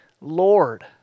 Lord